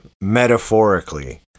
metaphorically